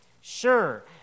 Sure